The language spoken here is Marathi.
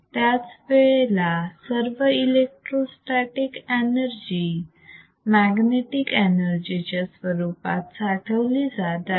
त्यावेळेला सर्व इलेक्ट्रोस्टॅटीक एनर्जी मॅग्नेटिक एनर्जी च्या स्वरूपात साठवली जात आहे